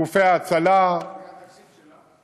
גופי ההצלה, מהתקציב שלה?